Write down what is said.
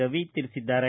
ರವಿ ತಿಳಿಸಿದ್ದಾರೆ